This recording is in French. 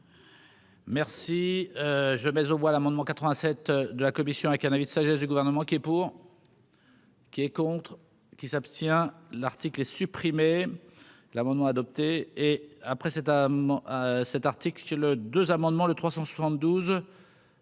Merci je mais aux voix l'amendement 87 de la commission avec un avis de sagesse du gouvernement qui est pour. Qui est contre. Qui s'abstient l'article est supprimé l'amendement adopté et après c'est à cet article le deux amendements le 372